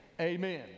amen